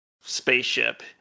spaceship